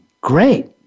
great